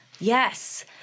Yes